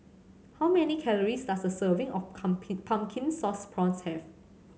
how many calories does a serving of Pumpkin Sauce Prawns have